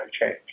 change